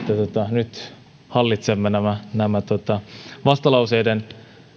nyt hallitsemme nämä nämä vastalauseiden